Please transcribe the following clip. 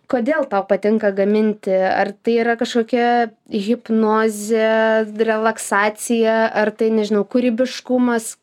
kodėl tau patinka gaminti ar tai yra kažkokia hipnozė relaksacija ar tai nežinau kūrybiškumas